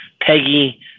Peggy